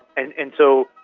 and and so,